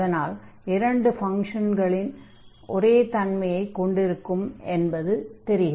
அதனால் இரண்டு ஃபங்ஷன்களும் ஒரே தன்மையைக் கொண்டிருக்கும் என்பது தெரிகிறது